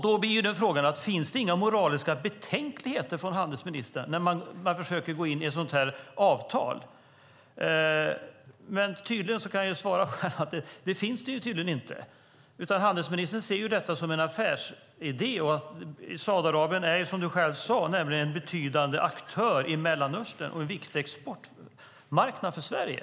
Då blir frågan: Finns det inga moraliska betänkligheter för handelsministern när man försöker ingå ett sådant här avtal? Jag kan svara själv att det tydligen inte finns. Handelsministern ser detta som en affärsidé. Saudiarabien är, som handelsministern själv sade, nämligen en betydande aktör i Mellanöstern och en viktig exportmarknad för Sverige.